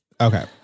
Okay